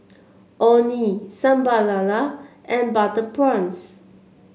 Orh Nee Sambal Lala and Butter Prawns